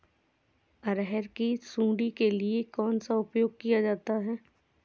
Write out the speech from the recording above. अरहर की सुंडी के लिए कौन सा उपाय किया जा सकता है?